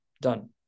Done